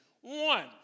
One